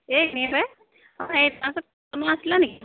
এই এনেই পায় অঁ এই তোমাৰ ওচৰত কেক বনোৱা আছিলেনি